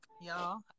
Y'all